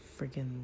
freaking